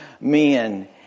men